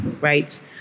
right